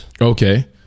Okay